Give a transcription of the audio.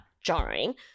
jarring